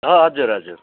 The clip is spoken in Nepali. हजुर हजुर